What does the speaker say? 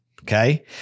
Okay